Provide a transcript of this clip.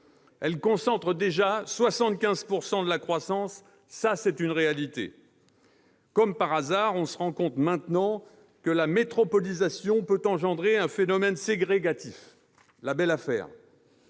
Elle concentre déjà 75 % de la croissance : c'est une réalité ! Comme par hasard, on se rend compte maintenant que la métropolisation peut engendrer un phénomène ségrégatif : la belle affaire